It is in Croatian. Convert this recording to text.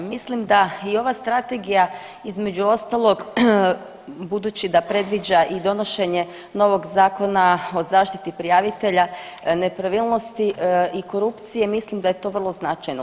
Mislim da i ova strategija između ostalog budući da predviđa i donošenje novog Zakona o zaštiti prijavitelja nepravilnosti i korupcije mislim da je to vrlo značajno.